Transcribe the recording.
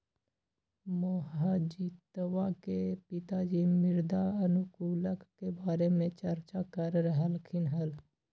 मोहजीतवा के पिताजी मृदा अनुकूलक के बारे में चर्चा कर रहल खिन हल